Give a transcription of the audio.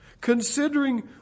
Considering